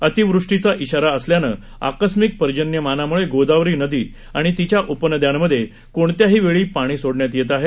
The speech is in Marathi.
अतीवृष्टीचा इशारा असल्यानं आकस्मिक पर्जन्यमानामुळे गोदावरी नदी आणि तिच्या उपनद्यांमधे कोणत्याही वेळी पाणी सोडण्यात येत आहे